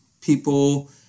People